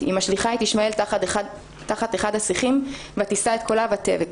היא משליכה את ישמעאל תחת אחד השיחים "ותשא את קולה ותבך".